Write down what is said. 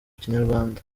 kinyarwanda